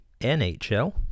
NHL